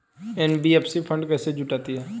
NBFC fund कैसे जुटाती है?